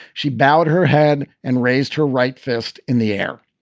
she bowed her head and raised her right fist in the air.